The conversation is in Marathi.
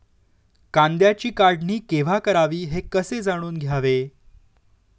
कांद्याची काढणी केव्हा करावी हे कसे जाणून घ्यावे?